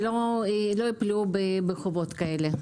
שלא ייפלו בחובות כאלה.